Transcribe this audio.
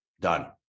Done